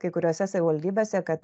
kai kuriose savivaldybėse kad